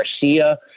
Garcia